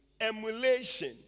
Emulation